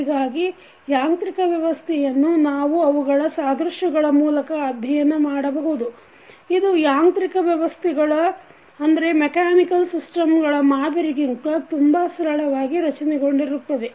ಹೀಗಾಗಿ ಯಾಂತ್ರಕ ವ್ಯವಸ್ಥೆಯನ್ನು ನಾವು ಅವುಗಳ ಸಾದೃಶ್ಯಗಳ ಮೂಲಕ ಅಧ್ಯಯನ ಮಾಡಬಹುದು ಇದು ಯಾಂತ್ರಿಕ ವ್ಯವಸ್ಥೆಗಳ ಮಾದರಿಗಿಂತ ತುಂಬಾ ಸರಳವಾಗಿ ರಚನೆಗೊಂಡಿರುತ್ತದೆ